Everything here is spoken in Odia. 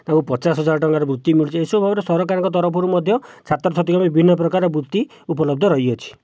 ତାଙ୍କୁ ପଚାଶ ହଜାର ଟଙ୍କାର ବୃତ୍ତି ମିଳୁଛି ଏସବୁ ଭାବରେ ସରକାରଙ୍କ ତରଫରୁ ମଧ୍ୟ ଛାତ୍ରଛାତ୍ରୀ ବିଭିନ୍ନ ପ୍ରକାର ବୃତ୍ତି ଉପଲବ୍ଧ ରହିଅଛି